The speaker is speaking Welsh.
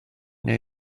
neu